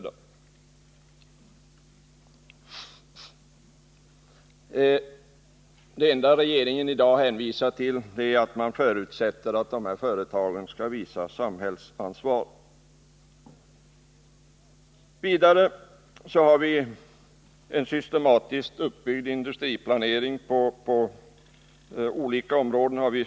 Det enda regeringen i dag hänvisar till är att man förutsätter att dessa företag skall visa samhällsansvar. Ifrån socialdemokratisk sida har vi föreslagit en systematiskt uppbyggd industriplanering på olika områden.